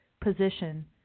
position